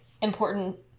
important